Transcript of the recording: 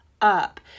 up